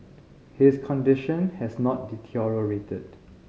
his condition has not deteriorated